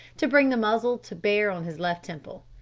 to bring the muzzle to bear on his left temple.